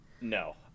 No